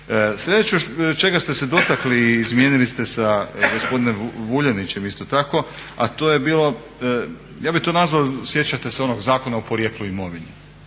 Sljedeće čega ste se dotakli i izmijenili ste sa gospodinom Vuljanićem isto tako, a to je bilo, ja bih to nazvao sjećate se onog Zakona o porijeklu imovine.